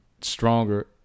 stronger